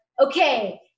okay